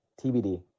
TBD